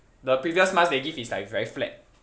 the previous mask they give is like very flat